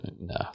No